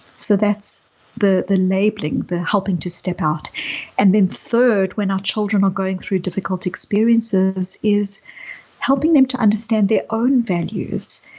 so that's the the labeling, the helping to step out and then third, when our children are going through difficult experiences is helping them to understand their own values,